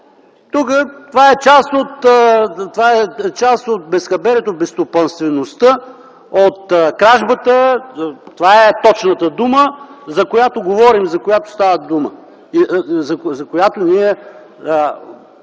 тук. Това е част от безхаберието, безстопанствеността, от кражбата - това е точната дума, за която говорим, за която става дума и за която ние